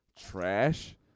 trash